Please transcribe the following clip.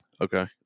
Okay